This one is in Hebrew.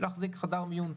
היא דורשת להחזיק חדר מיון,